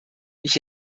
ich